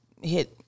hit